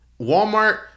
Walmart